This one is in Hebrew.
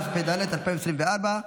התשפ"ד 2024,